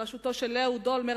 בראשותו של אהוד אולמרט,